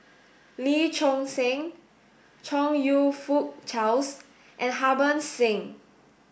Lee Choon Seng Chong You Fook Charles and Harbans Singh